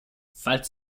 falls